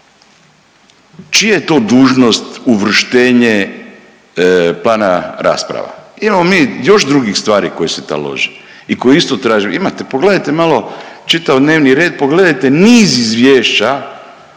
Čija je to dužnost uvrštenje plana rasprava? Imamo mi još drugih stvari koje se talože i koje isto traže, imate, pogledajte malo čitav dnevni red, pogledajte niz izvješća